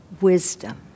wisdom